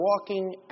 walking